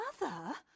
Mother